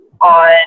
on –